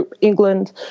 England